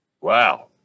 Wow